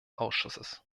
ausschusses